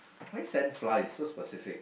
why sand flies so specific